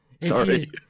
Sorry